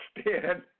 stand